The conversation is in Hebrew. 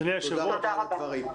תודה רבה על הדברים.